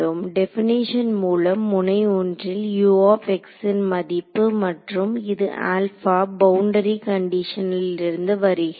definition மூலம் முனை 1 ல் ன் மதிப்பு மற்றும் இது பவுண்டரி கண்டிஷனில் இருந்து வருகிறது